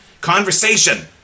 conversation